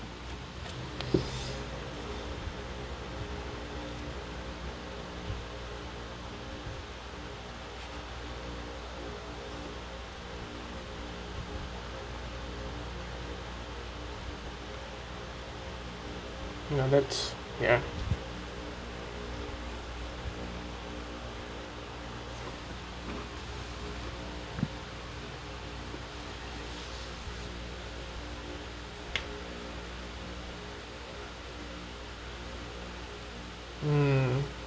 ya that's ya mm